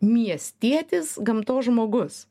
miestietis gamtos žmogus